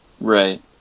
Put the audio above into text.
right